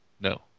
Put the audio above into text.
No